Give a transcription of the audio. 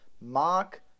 Mark